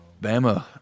Bama